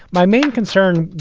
my main concern,